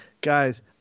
guys